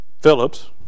Phillips